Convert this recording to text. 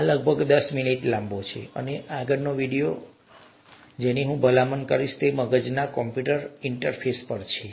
આ લગભગ દસ મિનિટ લાંબો છે અને આગળનો વિડિયો જેની હું ભલામણ કરીશ તે મગજના કમ્પ્યુટર ઇન્ટરફેસ પર છે